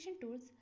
tools